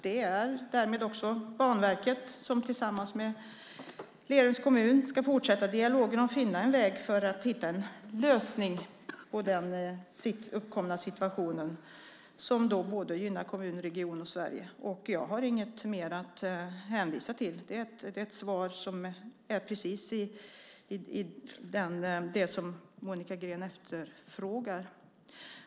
Det är därmed också Banverket som tillsammans med Lerums kommun ska fortsätta dialogen och finna en väg för att hitta en lösning på den uppkomna situationen som gynnar kommun, region och Sverige. Jag har inget mer att hänvisa till. Det är ett svar på precis det Monica Green efterfrågar.